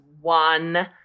one